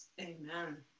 Amen